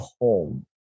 home